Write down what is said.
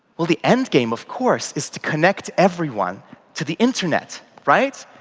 well the end came of course is to connect everyone to the internet, right?